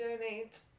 donate